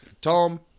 Tom